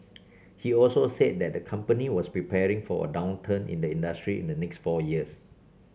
he also said that the company was preparing for a downturn in the industry in the next four years